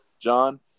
John